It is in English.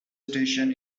station